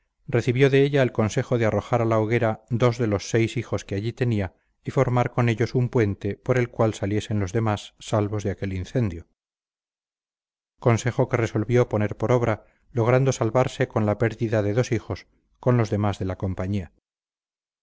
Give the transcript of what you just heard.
recibió de ella el consejo de arrojar a la hoguera dos de los seis hijos que allí tenía y formar con ellos un puente por el cual saliesen los demás salvos de aquel incendio consejo que resolvió poner por obra logrando salvarse con la pérdida de dos hijos con los demás de la compañía